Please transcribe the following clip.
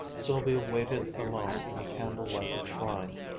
sylvia waited alone in the candle-lighted shrine,